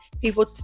people